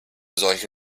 solche